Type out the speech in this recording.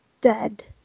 dead